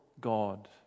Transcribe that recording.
God